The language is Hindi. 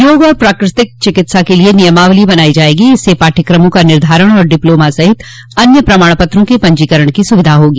योग एवं प्राकृतिक चिकित्सा के लिए नियमावली बनायी जायेगी इससे पाठयकमों का निर्धारण तथा डिप्लोमा सहित अन्य प्रमाण पत्रों के पंजीकरण की सुविधा होगी